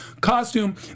costume